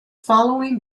following